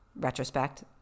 Retrospect